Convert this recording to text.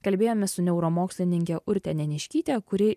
kalbėjomės su neuromokslininke urte neniškyte kuri